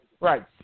Right